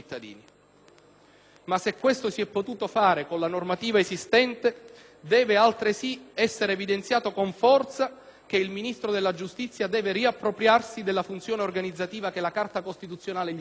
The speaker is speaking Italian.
Ma se questo si è potuto fare con la normativa esistente deve altresì essere evidenziato con forza che il Ministro della giustizia deve riappropriarsi della funzione organizzativa che la Carta costituzionale gli affida.